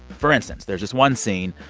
for instance, there's this one scene.